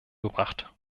gebracht